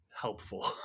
helpful